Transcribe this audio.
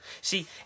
See